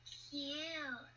cute